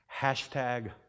Hashtag